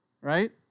right